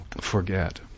forget